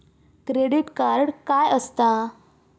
Credit card काय असता?